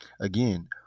Again